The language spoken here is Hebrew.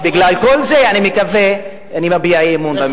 בגלל כל זה אני מקווה, אני מביע אי-אמון בממשלה.